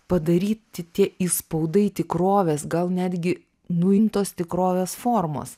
padaryti tie įspaudai tikrovės gal netgi nuimtos tikrovės formos